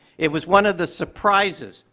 it was one of the surprises,